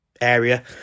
area